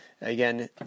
Again